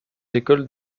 écoles